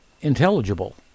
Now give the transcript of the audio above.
intelligible